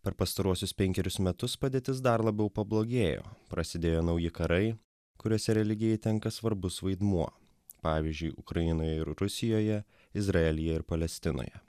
per pastaruosius penkerius metus padėtis dar labiau pablogėjo prasidėjo nauji karai kuriuose religijai tenka svarbus vaidmuo pavyzdžiui ukrainoj ir rusijoje izraelyje ir palestinoje